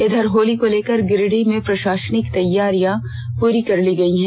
इधर होली को लेकर गिरिडीह में प्रषासनिक तैयारियां पूरी कर ली गई हैं